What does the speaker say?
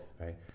right